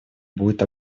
будет